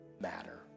matter